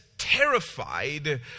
terrified